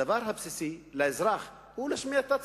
הדבר הבסיסי לאזרח הוא להשמיע את הצעקה,